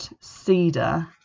cedar